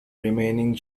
remaining